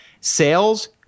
sales –